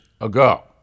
ago